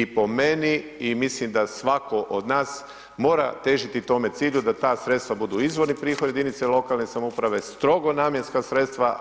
I po meni i mislim da svatko od nas mora težiti tome cilju da ta sredstva budu izvorni prihodi jedinica lokalne samouprave, strogo namjenska sredstva